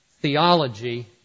theology